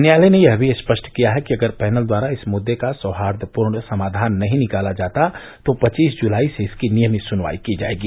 न्यायालय ने यह भी स्पष्ट किया है कि अगर पैनल द्वारा इस मुद्दे का सौहार्दपूर्ण समाधान नहीं निकाला जाता तो पचीस जुलाई से इसकी नियमित सुनवाई की जायेगी